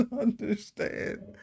understand